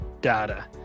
data